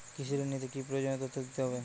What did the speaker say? কৃষি ঋণ নিতে কি কি প্রয়োজনীয় তথ্য দিতে হবে?